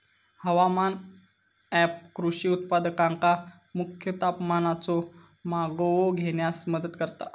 हवामान ऍप कृषी उत्पादकांका मुख्य तापमानाचो मागोवो घेण्यास मदत करता